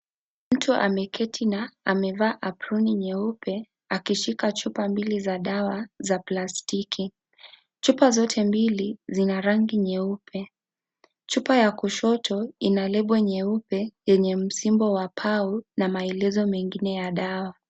Mtu ameketi na amevaa aproni nyeupe akishika chupa mbili za dawa za plastiki , chupa zote mbili zina rangi nyeupe .Chupa ya kushoto ina lebo nyeupe yenye msimbo wa pau na maelezo mengine ya dawa.